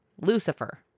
Lucifer